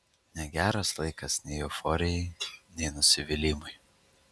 negeras laikas nei euforijai nei nusivylimui